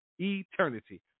Eternity